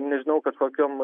nežinau kažkokiom